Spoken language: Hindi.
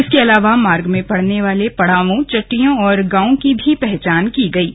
इसके अलावा मार्ग में पड़ने वाले पड़ावों चट्टियों और गांवों की भी पहचान की गयी है